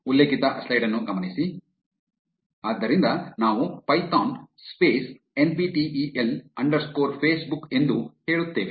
ಆದ್ದರಿಂದ ನಾವು Python space N P T E L underscore Facebook ಎಂದು ಹೇಳುತ್ತೇವೆ